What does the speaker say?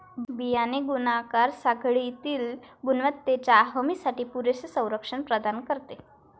बियाणे गुणाकार साखळीतील गुणवत्तेच्या हमीसाठी पुरेसे संरक्षण प्रदान करते